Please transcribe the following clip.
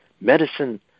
medicine